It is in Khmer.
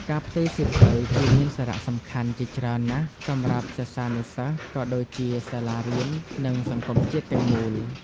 ការផ្ទេរសៀវភៅ គឺមានសារៈសំខាន់ជាច្រើនណាស់ សម្រាប់សិស្សានុសិស្ស ក៏ដូចជាសាលារៀន និងសង្គមជាតិទាំងមូល។